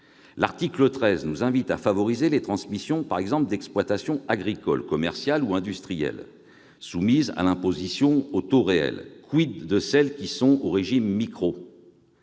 L'article 13 nous invite à favoriser les transmissions d'exploitations agricoles, commerciales ou industrielles soumises à l'imposition au taux réel. de celles qui relèvent du régime des